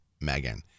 Megan